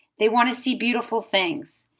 they want to see beautiful things.